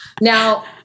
Now